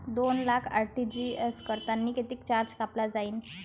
दोन लाख आर.टी.जी.एस करतांनी कितीक चार्ज कापला जाईन?